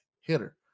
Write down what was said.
hitter